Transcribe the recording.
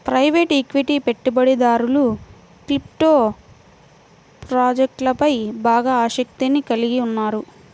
private equity పెట్టుబడిదారులు crypto ప్రాజెక్ట్లపై బాగా ఆసక్తిని కలిగి ఉన్నారు